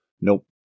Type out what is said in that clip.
Nope